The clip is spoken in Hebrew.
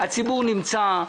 הציבור פה נמצא,